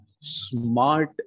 smart